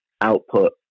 output